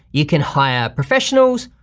you can hire professionals,